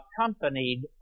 accompanied